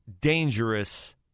dangerous